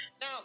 Now